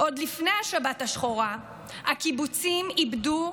עוד לפני השבת השחורה הקיבוצים איבדו